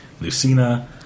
Lucina